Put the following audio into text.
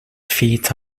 feet